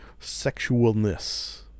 sexualness